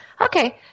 Okay